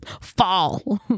fall